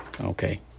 okay